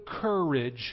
courage